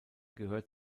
gehört